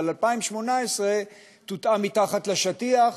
אבל 2018 טואטאה מתחת לשטיח,